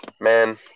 Man